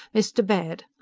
mr. baird!